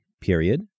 period